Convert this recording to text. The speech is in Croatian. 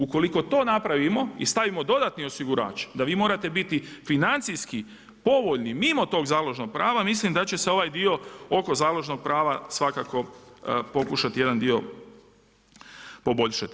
Ukoliko to napravimo i stavimo dodatni osigurač da vi morate biti financijski povoljni mimo tog založnog prava mislim da će se ovaj dio oko založnog prava svakako pokušati jedan dio poboljšati.